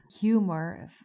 humor